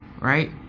right